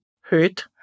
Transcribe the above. hurt